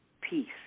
peace